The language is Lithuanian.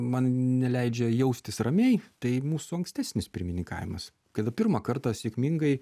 man neleidžia jaustis ramiai tai mūsų ankstesnis pirmininkavimas kada pirmą kartą sėkmingai